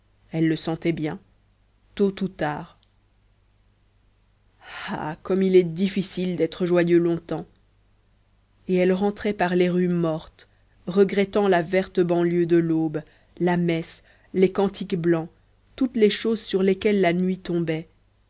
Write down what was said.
elle le sentait bien tôt ou tard ah comme il est difficile d'être joyeux longtemps et elle rentrait par les rues mortes regrettant la verte banlieue de l'aube la messe les cantiques blancs toutes les choses sur lesquelles la nuit tombait